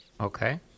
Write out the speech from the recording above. Okay